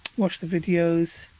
watch the videos.